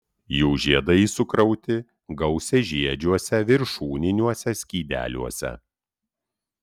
jų žiedai sukrauti gausiažiedžiuose viršūniniuose skydeliuose